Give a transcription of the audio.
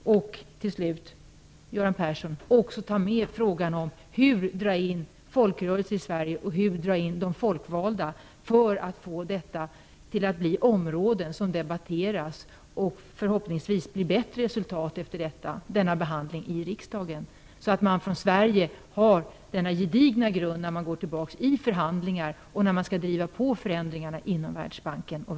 Till slut vill jag återkomma, Göran Persson, till frågan hur man skall dra in folkrörelser och folkvalda i Sverige i en debatt på dessa områden, så att vi förhoppningsvis skall kunna få bättre resultat av behandlingen i riksdagen. Då kan Sverige ha en gedigen grund när man går ut i förhandlingar igen och skall driva på förändringar i Världsbanken och